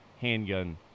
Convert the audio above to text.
handgun